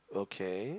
okay